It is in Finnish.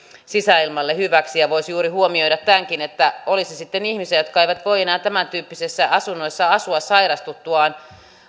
sisäilmalle hyväksi voisi juuri huomioida tämänkin että kun on sitten ihmisiä jotka eivät voi enää tämäntyyppisissä asunnoissa asua sairastuttuaan